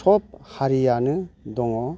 सब हारियानो दङ